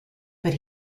but